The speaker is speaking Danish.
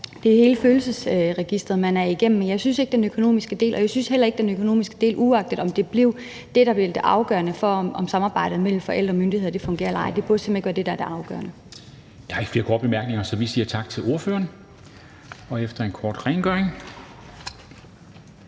det er hele følelsesregisteret, man er igennem, men jeg synes ikke, at det er den økonomiske del. Jeg synes simpelt hen heller ikke, at den økonomiske del, uagtet om det er det, der er det afgørende for, om samarbejdet mellem forældre og myndigheder fungerer eller ej, burde være det, der er det afgørende. Kl. 10:45 Formanden (Henrik Dam Kristensen): Der er ikke flere korte bemærkninger, så vi siger tak til ordføreren. Og efter en kort rengøring